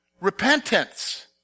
Repentance